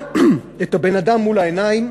מול העיניים,